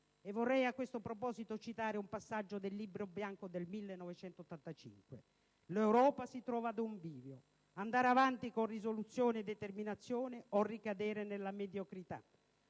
Vorrei a questo proposito citare un passaggio del Libro bianco del 1985: «L'Europa si trova ad un bivio: andare avanti, con risoluzione e determinazione, o ricadere nella mediocrità.